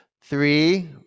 Three